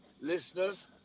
listeners